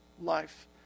life